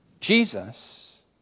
Jesus